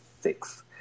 six